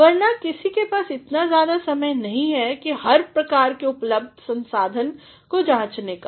वरना किसी के पास इतना ज़्यादा समय नहीं हर प्रकार के उपलब्धसंसाधनको जांचने का